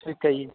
ਠੀਕ ਹੈ ਜੀ